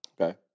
Okay